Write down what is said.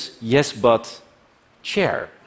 yes-but-chair